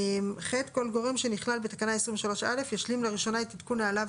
(ח)כל גורם שנכלל בתקנה 23(א) ישלים לראשונה את עדכון נהליו